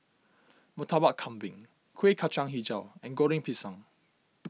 Murtabak Kambing Kueh Kacang HiJau and Goreng Pisang